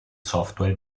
software